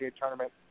tournament